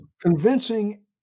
convincing